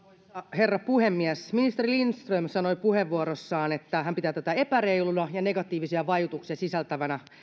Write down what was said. herra puhemies ministeri lindström sanoi puheenvuorossaan että hän pitää tätä epäreiluna ja negatiivisia vaikutuksia sisältävänä